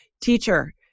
Teacher